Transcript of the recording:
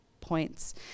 points